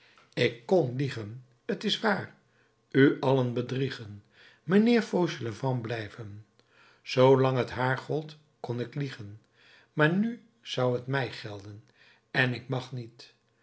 ik kon liegen t is waar u allen bedriegen mijnheer fauchelevent blijven zoo lang het haar gold kon ik liegen maar nu zou het mij gelden en ik mag niet